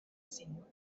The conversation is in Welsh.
sul